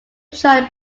joined